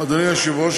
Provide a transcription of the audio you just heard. אדוני היושב-ראש,